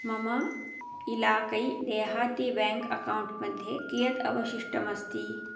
मम इलाकै देहाती बेङ्क् अकौण्ट् मध्ये कियत् अवशिष्टमस्ति